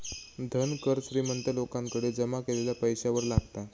धन कर श्रीमंत लोकांकडे जमा केलेल्या पैशावर लागता